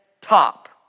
top